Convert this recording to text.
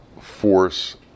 force